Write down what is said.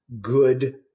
good